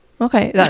okay